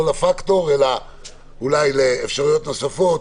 לא לפקטור אלא אולי לאפשרויות נוספות.